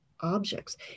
objects